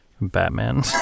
Batman